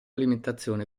alimentazione